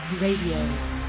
Radio